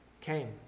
came